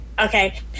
Okay